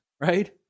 Right